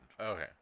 Okay